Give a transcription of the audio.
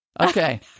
Okay